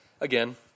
again